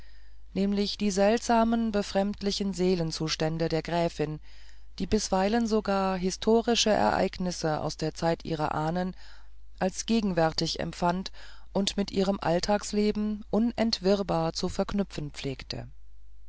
nämlich die seltsamen befremdlichen seelenzustände der gräfin die bisweilen sogar historische ereignisse aus der zeit ihrer ahnen als gegenwärtig empfand und mit ihrem alltagsleben unentwirrbar zu verknüpfen pflegte